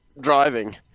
driving